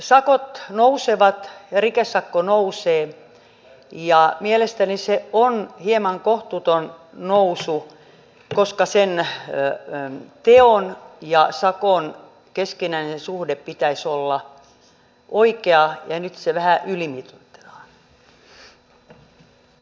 sakot nousevat rikesakko nousee ja mielestäni se on hieman kohtuuton nousu koska sen teon ja sakon keskinäisen suhteen pitäisi olla oikea ja nyt se vähän ylimitoitetaan